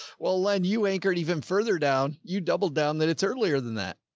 well then you anchor it even further down. you doubled down that. it's earlier than that.